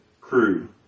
crew